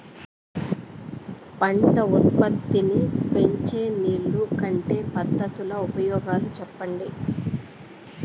పంట ఉత్పత్తి నీ పెంచే నీళ్లు కట్టే పద్ధతుల ఉపయోగాలు చెప్పండి?